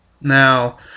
Now